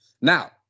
Now